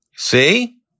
See